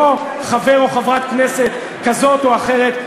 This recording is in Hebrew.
לא חבר או חברת כנסת כזאת או אחרת,